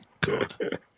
Good